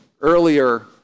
earlier